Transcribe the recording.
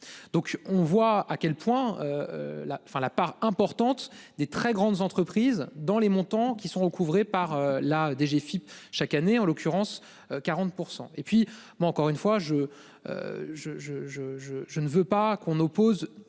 Donc on voit à quel point. La, enfin la part importante des très grandes entreprises, dans les montants qui sont recouvrés par la DGFIP chaque année en l'occurrence 40% et puis bon encore une fois je. Je je je je je ne veux pas qu'on oppose